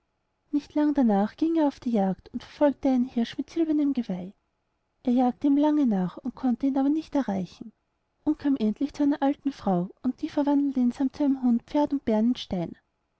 nicht lang darnach ging er auf die jagd und verfolgte einen hirsch mit silbernem geweih er jagte ihm lange nach konnte ihn aber nicht erreichen und kam endlich zu einer alten frau und die verwandelte ihn sammt seinem hund pferd und